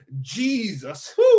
Jesus